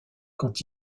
quand